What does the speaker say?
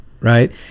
Right